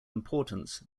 importance